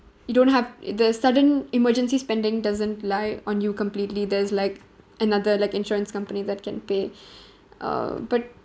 you don't have the sudden emergency spending doesn't lie on you completely there's like another like insurance company that can pay uh but